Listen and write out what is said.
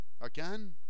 Again